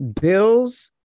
Bills